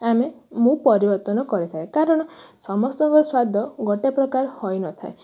ଆମେ ମୁଁ ପରିବର୍ତ୍ତନ କରିଥାଏ କାରଣ ସମସ୍ତଙ୍କର ସ୍ୱାଦ ଗୋଟେ ପ୍ରକାର ହୋଇ ନ ଥାଏ